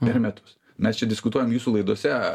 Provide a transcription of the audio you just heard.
per metus mes čia diskutuojam jūsų laidose